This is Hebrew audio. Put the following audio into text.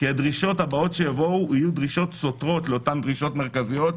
כי הדרישות הבאות שיבואו יהיו דרישות סותרות לאותן דרישות מרכזיות,